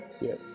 yes